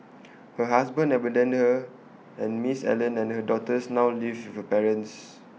her husband abandoned her and miss Allen and her daughters now live with her parents